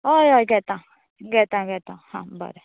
हय हय घेता घेता घेता हा बरें